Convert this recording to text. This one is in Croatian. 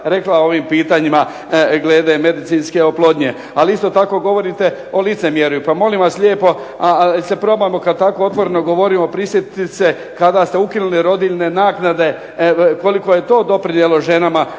rekla o ovim pitanjima glede medicinske oplodnje. Ali isto tako govorite o licemjerju, pa molim vas lijepo probajmo se kada tako otvoreno govorimo prisjetiti se kada ste ukinuli rodiljne naknade koliko je to doprinijelo ženama.